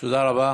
תודה רבה.